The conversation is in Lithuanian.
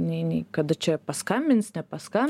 nei nei kada čia paskambins nepaskam